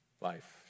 Life